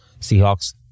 Seahawks